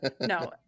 No